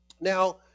Now